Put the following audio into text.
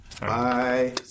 Bye